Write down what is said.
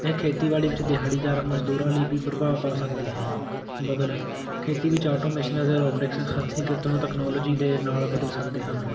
ਇਹ ਖੇਤੀਬਾੜੀ ਵਿੱਚ ਦਿਹਾੜੀਦਾਰ ਮਜ਼ਦੂਰਾਂ ਲਈ ਵੀ ਪ੍ਰਭਾਵ ਪਾ ਸਕਦੀ ਹੈ ਬਦਲ ਖੇਤੀ ਵਿੱਚ ਆਟੋਮਿਸ਼ਨ ਅਤੇ ਰੋਬੋਟਿਕਸ ਹੱਥੀਂ ਕਿਰਤ ਨੂੰ ਤਕਨੋਲੋਜੀ ਦੇ ਨਾਲ ਬਦਲ ਸਕਦੇ ਹਨ